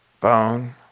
bone